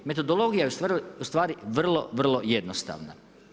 Metodologija je ustvari vrlo, vrlo jednostavna.